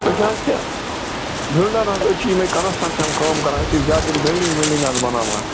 أسۍ حظ چھِ بِلڈَر حظ أسۍ چھِ یِمَے کنسٹرٛکشن کٲم کَران أسۍ چھِ زیادٕ یِم بِلڈِنٛگ وِلڈِنٛگ حظ بَناوان